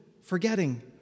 forgetting